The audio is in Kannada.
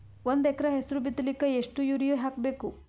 ಒಂದ್ ಎಕರ ಹೆಸರು ಬಿತ್ತಲಿಕ ಎಷ್ಟು ಯೂರಿಯ ಹಾಕಬೇಕು?